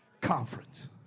conference